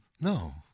No